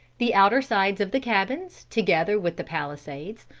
the outer sides of the cabins, together with the palisades,